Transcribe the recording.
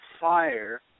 fire